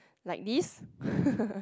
like this